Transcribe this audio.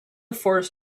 forest